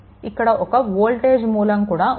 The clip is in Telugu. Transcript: ఇక్కడ ఒక వోల్టేజ్ మూలం కూడా ఉంది